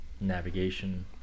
navigation